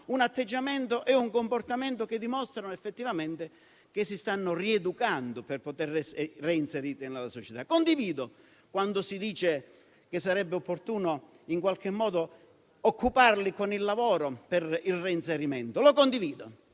un atteggiamento e un comportamento che dimostrino effettivamente che si stanno rieducando per poter essere reinseriti nella società. Condivido quando si dice che sarebbe opportuno in qualche modo occuparli con il lavoro per il reinserimento.